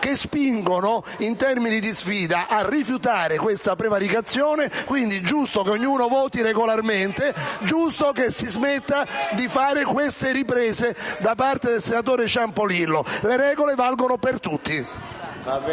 che spingono in termini di sfida a rifiutare questa prevaricazione. È giusto quindi che ognuno voti regolarmente, ma è altrettanto giusto che si smetta di fare queste riprese da parte del senatore Ciampolillo. Le regole valgono per tutti.